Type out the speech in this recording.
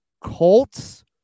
Colts